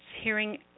hearing